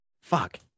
Fuck